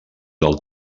del